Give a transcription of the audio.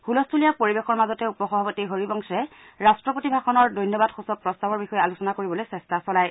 হুলস্থুলীয়া পৰিবেশৰ মাজতে উপ সভাপতি হৰিবংশে ৰাট্টপতি ভাষণৰ ধন্যবাদসূচক প্ৰস্তাৱৰ বিষয়ে আলোচনা কৰিবলৈ চেষ্টা চলায়